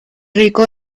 rico